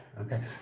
Okay